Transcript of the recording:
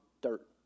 dirt